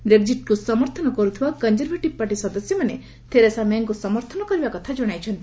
ବ୍ରେକ୍ୱିଟ୍କୁ ସମର୍ଥନ କରୁଥିବା conservative party ସଦସ୍ୟମାନେ ଥେରସା ମେ'ଙ୍କୁ ସମର୍ଥନ କରିବା କଥା ଜଣାଇଛନ୍ତି